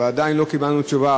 אבל עדיין לא קיבלנו תשובה,